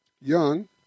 young